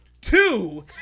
Two